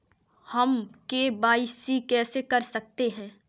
हम के.वाई.सी कैसे कर सकते हैं?